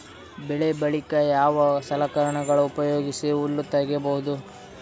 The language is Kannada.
ಬೆಳಿ ಬಳಿಕ ಯಾವ ಸಲಕರಣೆಗಳ ಉಪಯೋಗಿಸಿ ಹುಲ್ಲ ತಗಿಬಹುದು?